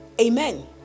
Amen